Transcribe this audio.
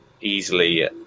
easily